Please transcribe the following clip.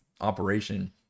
operation